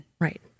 Right